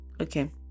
Okay